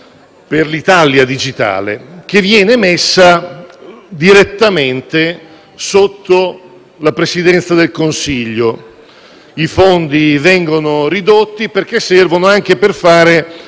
per l'Italia digitale viene messa direttamente sotto la Presidenza del Consiglio. I fondi vengono ridotti perché servono anche per fare